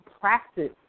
practice